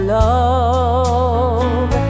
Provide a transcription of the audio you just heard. love